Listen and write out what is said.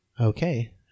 Okay